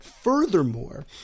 Furthermore